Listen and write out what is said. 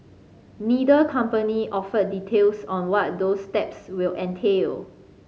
neither company offered details on what those steps will entail